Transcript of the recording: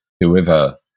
whoever